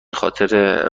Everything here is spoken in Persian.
خاطر